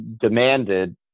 demanded